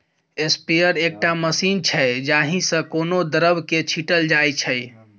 sprayer एकटा machine छै जाहि सँ कोनो द्रब केँ छीटल जाइ छै